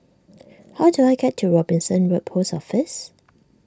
how do I get to Robinson Road Post Office